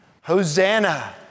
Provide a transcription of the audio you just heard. Hosanna